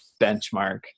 benchmark